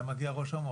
היה מגיע ראש המועצה.